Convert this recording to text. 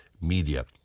media